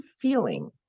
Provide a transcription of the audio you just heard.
feeling